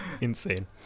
Insane